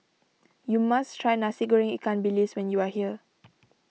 you must try Nasi Goreng Ikan Bilis when you are here